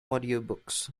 audiobooks